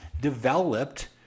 developed